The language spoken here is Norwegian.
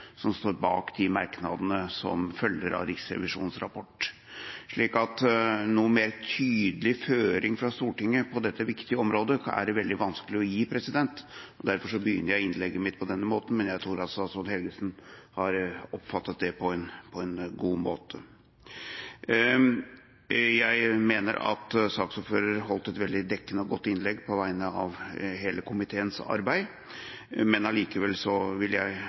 som står bak de merknadene som følger av Riksrevisjonens rapport. Noe mer tydelig føring fra Stortinget på dette viktige området er det vanskelig å gi, og derfor begynner jeg innlegget mitt på denne måten. Men jeg tror at statsråd Helgesen har oppfattet det på en god måte. Jeg mener at saksordføreren holdt et veldig dekkende og godt innlegg på vegne av hele komiteen og dens arbeid, men allikevel vil jeg